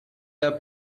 the